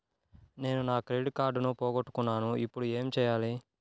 నేను నా క్రెడిట్ కార్డును పోగొట్టుకున్నాను ఇపుడు ఏం చేయాలి?